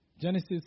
Genesis